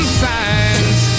signs